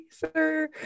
sir